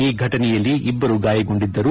ಈ ಘಟನೆಯಲ್ಲಿ ಇಬ್ಬರು ಗಾಯಗೊಂಡಿದ್ದರು